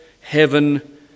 heaven